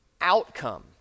outcome